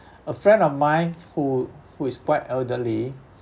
a friend of mine who who is quite elderly